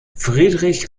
friedrich